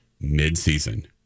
mid-season